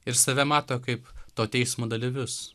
ir save mato kaip to teismo dalyvius